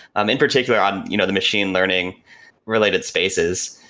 um in particular on you know the machine learning related spaces.